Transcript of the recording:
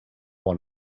one